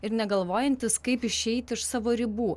ir negalvojantis kaip išeit iš savo ribų